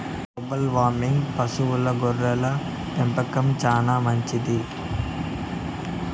global వార్మింగ్కు పశువుల గొర్రెల పెంపకం చానా మంచిది